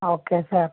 okay sir